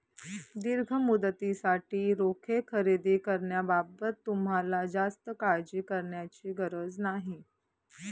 दीर्घ मुदतीसाठी रोखे खरेदी करण्याबाबत तुम्हाला जास्त काळजी करण्याची गरज नाही